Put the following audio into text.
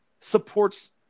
supports